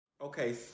Okay